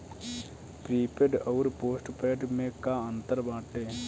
Prepaid अउर postpaid में का अंतर बाटे?